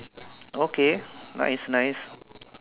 okay nice nice